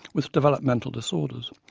with developmental disorders,